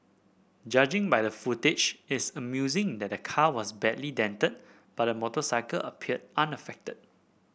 judging by the footage it's amusing that the car was badly dented but the motorcycle appeared unaffected